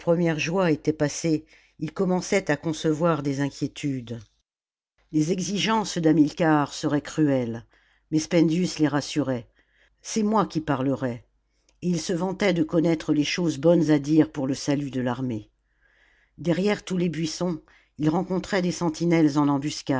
était passé ils commençaient à concevoir des inquiétudes les exigences d'hamilcar seraient cruelles mais spendius les rassurait c'est moi qui parlerai et il se vantait de connaître les choses bonnes à dire pour le salut de l'armée derrière tous les buissons ils rencontraient des sentinelles